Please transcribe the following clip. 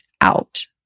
out